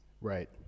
right